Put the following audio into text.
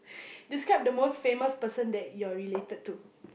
describe the most famous person that you are related to